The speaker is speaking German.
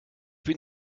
bin